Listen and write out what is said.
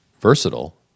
versatile